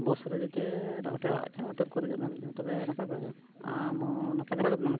ᱵᱚᱥ ᱨᱮᱜᱮ ᱪᱮ ᱦᱳᱴᱮᱞ ᱟᱪᱪᱷᱟ ᱦᱳᱴᱮᱞ ᱠᱚᱨᱮᱜᱮ ᱡᱮᱢᱚᱱ ᱛᱚᱵᱮ ᱱᱟᱯᱟᱭ ᱵᱟᱲᱟᱜᱮ ᱟᱢᱦᱚᱸ ᱱᱟᱯᱟᱭ ᱫᱷᱟᱨᱜᱮ ᱢᱮᱱᱟᱢᱟ ᱛᱚ